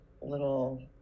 little